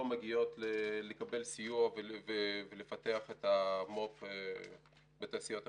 מגיעות לקבל סיוע ולפתח את המו"פ בתעשיות המסורתיות.